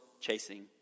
chasing